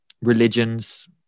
religions